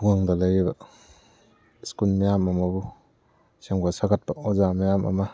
ꯈꯨꯡꯒꯪꯗ ꯂꯩꯔꯤꯕ ꯁ꯭ꯀꯨꯜ ꯃꯌꯥꯝ ꯑꯃꯕꯨ ꯁꯦꯝꯒꯠ ꯁꯥꯒꯠꯄ ꯑꯣꯖꯥ ꯃꯌꯥꯝ ꯑꯃ